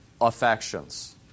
affections